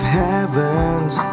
heavens